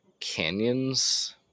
canyons